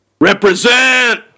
Represent